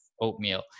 oatmeal